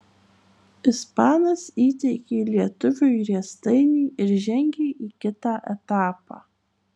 ispanas įteikė lietuviui riestainį ir žengė į kitą etapą